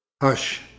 hush